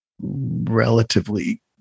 relatively